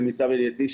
למיטב ידיעתי,